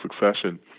succession